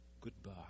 goodbye